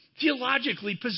theologically